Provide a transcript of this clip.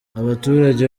abaturage